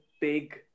big